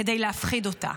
כדי להפחיד אותה.